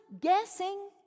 guessing